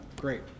great